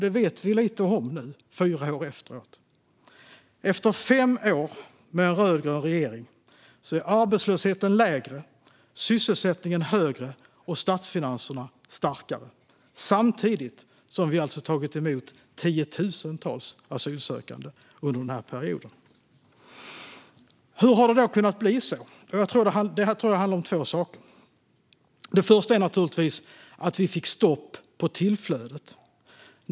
Det vet vi något om nu, fyra år senare. Efter fem år med en rödgrön regering är arbetslösheten lägre, sysselsättningen högre och statsfinanserna starkare samtidigt som vi har tagit emot tiotusentals asylsökande under perioden. Hur har det då kunnat bli så? Jag tror att det handlar om två saker. Det första är naturligtvis att vi fick stopp på tillflödet.